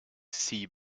sea